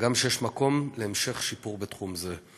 הגם שיש מקום להמשך שיפור בתחום זה.